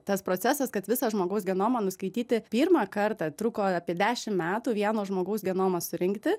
tas procesas kad visą žmogaus genomą nuskaityti pirmą kartą truko apie dešim metų vieno žmogaus genomą surinkti